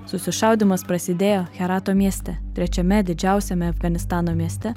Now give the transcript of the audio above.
susišaudymas prasidėjo herato mieste trečiame didžiausiame afganistano mieste